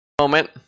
moment